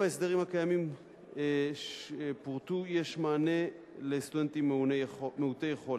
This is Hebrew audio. בהסדרים הקיימים שפורטו יש מענה לסטודנטים מעוטי יכולת.